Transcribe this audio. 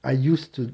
I used to